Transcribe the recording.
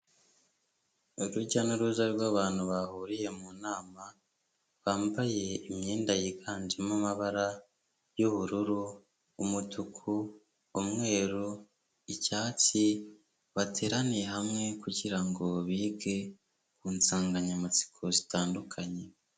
Urujya n'uruza rwabantu bahuriye mu nama, bambaye imyenda yiganjemo amabara y'ubururu, umutuku, umweru, icyatsi bateraniye hamwe kugira ngo bige ku nsanganyamatsiko zitandukanye.